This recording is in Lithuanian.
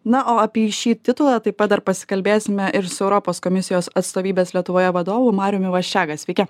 na o apie šį titulą taip pat dar pasikalbėsime ir su europos komisijos atstovybės lietuvoje vadovu mariumi vaščega sveiki